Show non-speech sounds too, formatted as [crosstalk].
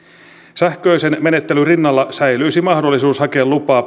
sähköisen menettelyn rinnalla säilyisi mahdollisuus hakea lupaa [unintelligible]